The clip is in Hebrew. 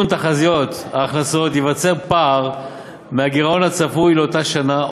תחזיות ההכנסות ייווצר פער מהגירעון הצפוי לאותה שנה,